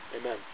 Amen